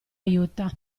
aiuta